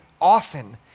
often